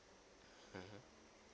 mmhmm